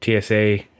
TSA